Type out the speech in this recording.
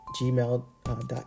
gmail.com